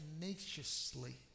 tenaciously